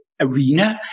arena